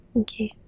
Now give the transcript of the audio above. Okay